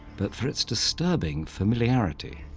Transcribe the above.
but for its disturbing familiarity.